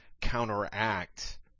counteract